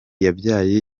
yabyaye